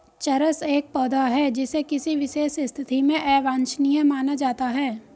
चरस एक पौधा है जिसे किसी विशेष स्थिति में अवांछनीय माना जाता है